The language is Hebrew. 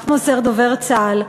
כך מוסר דובר צה"ל,